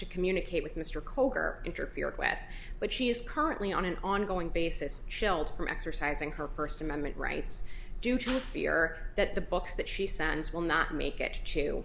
to communicate with mr koger interfered with but she is currently on an ongoing basis shelter exercising her first amendment rights due to fear that the books that she sends will not make it to